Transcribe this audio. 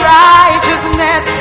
righteousness